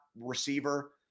receiver